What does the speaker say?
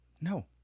No